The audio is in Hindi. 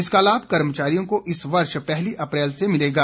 इसका लाभ कर्मचारियों को इस वर्ष पहली अप्रैल से मिलेगा